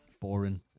boring